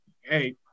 Hey